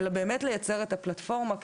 באמת לייצר את הפלטפורמה.